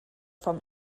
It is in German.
vom